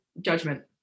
judgment